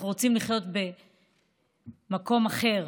אנחנו רוצים לחיות במקום אחר,